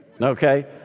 Okay